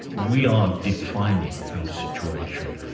we are defining our situation,